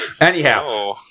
Anyhow